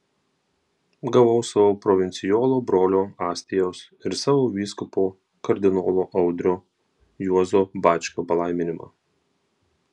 gavau savo provincijolo brolio astijaus ir savo vyskupo kardinolo audrio juozo bačkio palaiminimą